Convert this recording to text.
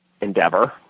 endeavor